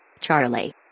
Charlie